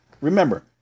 remember